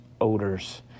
odors